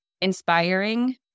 inspiring